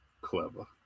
Clever